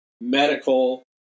medical